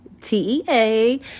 tea